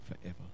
forever